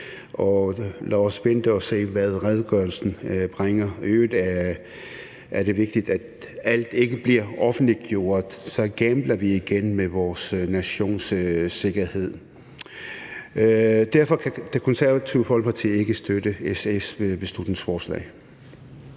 og lad os vente og se, hvad redegørelsen bringer. I øvrigt er det vigtigt, at alt ikke bliver offentliggjort, for, igen, så gambler vi med vores nations sikkerhed. Derfor kan Det Konservative Folkeparti ikke støtte SF's beslutningsforslag.